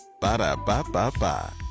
Ba-da-ba-ba-ba